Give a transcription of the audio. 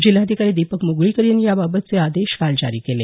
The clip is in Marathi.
जिल्हाधिकारी दीपक म्गळीकर यांनी याबाबतचे आदेश काल जारी केले